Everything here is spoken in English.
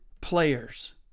players